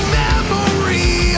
memory